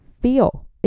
feel